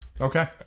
Okay